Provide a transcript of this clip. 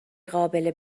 قابل